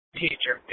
teacher